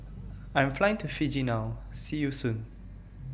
I Am Flying to Fiji now See YOU Soon